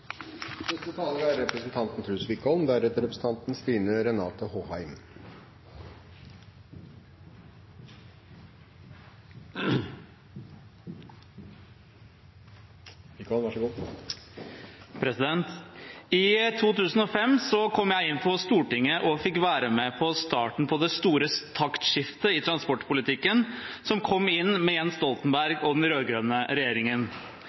I 2005 kom jeg inn på Stortinget og fikk være med på starten på det store taktskiftet i transportpolitikken som kom med Jens Stoltenberg og den rød-grønne regjeringen.